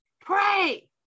pray